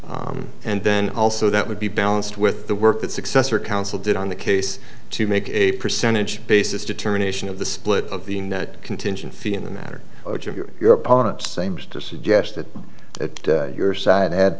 and then also that would be balanced with the work that successor council did on the case to make a percentage basis determination of the split of the net contingent fee in the matter of your your opponent say mr suggested that your side had